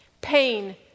Pain